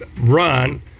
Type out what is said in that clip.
run